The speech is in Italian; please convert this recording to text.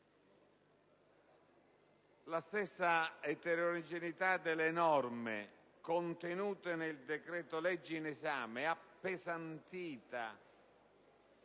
La stessa eterogeneità delle norme contenute nel decreto‑legge in esame, appesantita